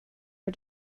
are